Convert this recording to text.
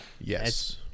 Yes